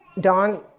Don